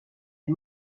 des